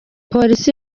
polisi